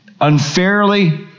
Unfairly